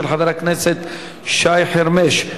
של חבר הכנסת שי חרמש,